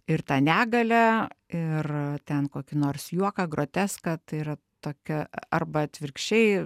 ir tą negalią ir ten kokį nors juoką groteską tai yra tokia arba atvirkščiai